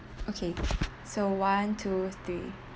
okay so one two three